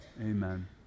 Amen